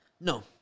No